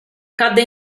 cadde